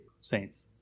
saints